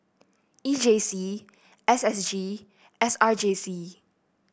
E J C S S G S R J C